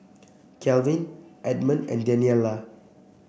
Kalvin Edmon and Daniella